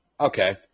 Okay